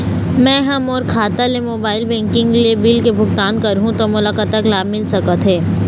मैं हा मोर खाता ले मोबाइल बैंकिंग ले बिल के भुगतान करहूं ता मोला कतक लाभ मिल सका थे?